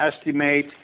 estimate